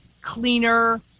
cleaner